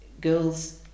girls